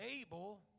able